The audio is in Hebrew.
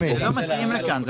זה ממש לא מתאים לכאן.